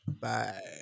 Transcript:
Bye